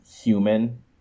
human